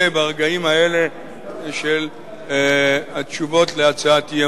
ברגעים האלה של התשובות על הצעת אי-אמון.